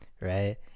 right